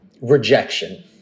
Rejection